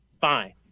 Fine